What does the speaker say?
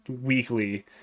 weekly